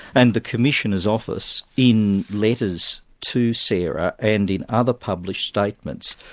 and the commissioner's office in letters to sara and in other published statements,